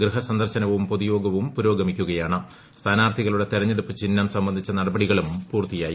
ഗൃഹസന്ദർശനവും പൊതുദ്യിാൾവും പുരോഗമിക്കുകയാണ് സ്ഥാനാർത്ഥികളുടെ ത്തെർഞ്ഞെടുപ്പ് ചിഹ്നം സംബന്ധിച്ച നടപടികളും പൂർത്തിയായി